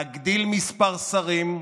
להגדיל מספר שרים,